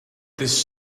this